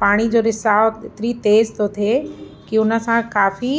पाणी जो रिसाव एतिरी तेज़ु थो थिए कि उन सां काफ़ी